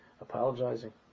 apologizing